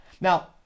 Now